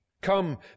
Come